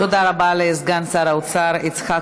תודה רבה לסגן שר האוצר יצחק כהן.